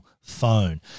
phone